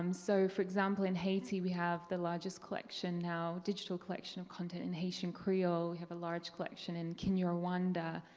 um so for example in haiti, we have the largest collection, now digital collection of content in haitian creole, we have a large collection in kenya-rwanda.